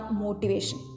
motivation